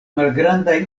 malgrandaj